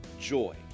joy